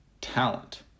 Talent